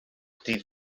dydd